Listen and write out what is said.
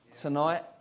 tonight